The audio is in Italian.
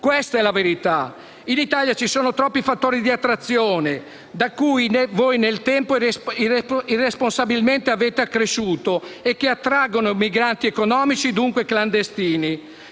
Questa è la verità. In Italia ci sono troppi fattori di attrazione che voi, nel tempo, avete irresponsabilmente accresciuto, e che attraggono migranti economici, dunque clandestini.